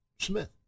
Smith